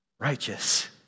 Righteous